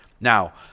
Now